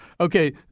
Okay